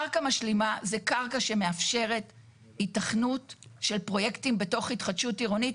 קרקע משלימה זו קרקע שמאפשרת היתכנות של פרויקטים בתוך התחדשות עירונית,